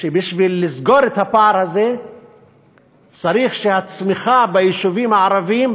שבשביל לסגור את הפער הזה צריך שהצמיחה ביישובים הערביים,